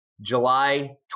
July